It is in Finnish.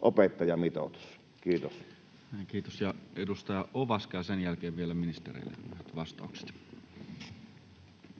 opettajamitoitus? — Kiitos. Kiitos. — Edustaja Ovaska, ja sen jälkeen vielä ministereille lyhyet vastaukset.